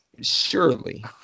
Surely